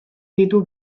ditu